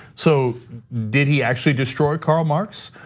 so did he actually destroy karl marx?